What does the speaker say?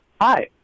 Hi